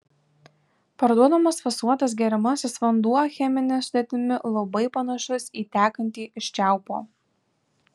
parduodamas fasuotas geriamasis vanduo chemine sudėtimi labai panašus į tekantį iš čiaupo